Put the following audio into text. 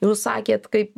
jūs sakėt kaip